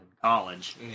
college